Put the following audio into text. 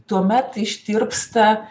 tuomet ištirpsta